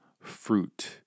fruit